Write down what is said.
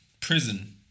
prison